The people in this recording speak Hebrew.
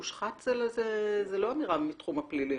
מושחת זה לא אמירה מתחום הפלילים.